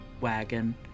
wagon